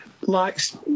likes